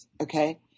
Okay